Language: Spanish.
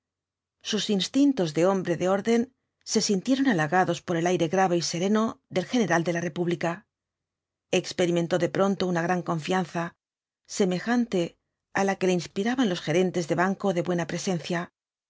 sus instintos de hombre de orden se sintieron halagados por el aire grave y sereno del general de la república experimentó de pronto una gran confianza semejante á la que le inspiraban los gerentes de banco de buena presencia